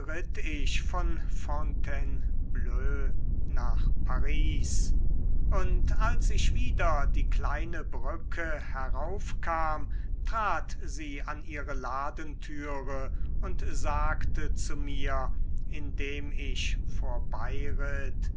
ich von fontainebleau nach paris und als ich wieder die kleine brücke heraufkam trat sie an ihre ladentüre und sagte zu mir indem ich vorbeiritt